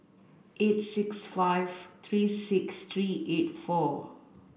eight six five three six three eight four